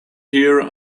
here